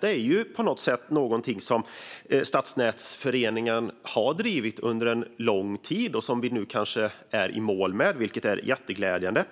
Det är på något sätt något som Stadsnätsföreningen har drivit under en lång tid och som vi nu kanske är i mål med. Det är jätteglädjande.